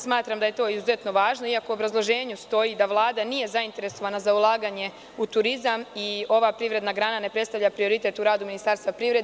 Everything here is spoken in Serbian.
Smatram da je to izuzetno važno, iako u obrazloženju stoji da Vlada nije zainteresovana za ulaganje u turizam i ova privredna grana ne predstavlja prioritet u radu Ministarstva privrede.